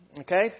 Okay